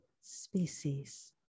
species